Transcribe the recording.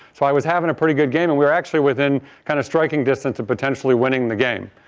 so i was having a pretty good game and we were actually within kind of striking distance of potentially winning the game.